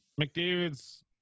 McDavid's